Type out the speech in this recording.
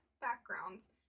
backgrounds